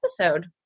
episode